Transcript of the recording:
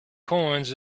coins